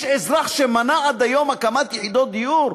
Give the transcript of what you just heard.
יש אזרח שמנע עד היום הקמת יחידות דיור?